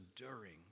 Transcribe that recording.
enduring